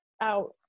out